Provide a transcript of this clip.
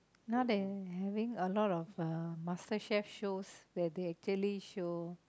now they having a lot of uh Master Chef shows that they actually show